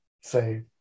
say